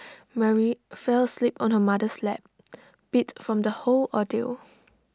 Mary fell asleep on her mother's lap beat from the whole ordeal